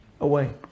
away